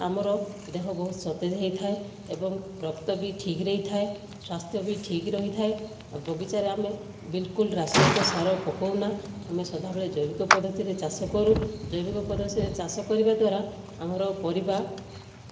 ଖାଇବା ଦ୍ଵାରା ଆମର ଦେହ ବହୁତ ସତେଜ ହୋଇଥାଏ ଏବଂ ରକ୍ତ ବି ଠିକ୍ ରହିଥାଏ ସ୍ୱାସ୍ଥ୍ୟ ବି ଠିକ୍ ରହିଥାଏ ଆଉ ବଗିଚାରେ ଆମେ ବିଲ୍କୁଲ୍ ରାସାୟିକ ସାର ପକାଉନା ଆମେ ସଦାବେଳେ ଜୈବିକ ପଦ୍ଧତିରେ ଚାଷ କରୁ ଜୈବିକ ପଦ୍ଧତିରେ ଚାଷ କରିବା ଦ୍ଵାରା ଆମର ପରିବା